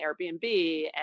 Airbnb